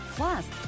Plus